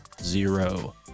zero